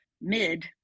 mid